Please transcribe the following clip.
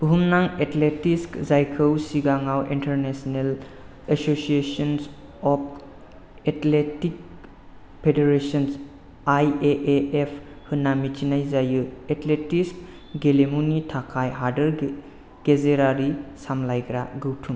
बुहुमनां एथलेटिक्स जायखौ सिगाङाव international association of athletics federation I A A F होन्ना मिन्थिनाय जायो एथलेटिक्स गेलेमुनि थाखाय हादोर गेजेरारि सामलायग्रा गौथुम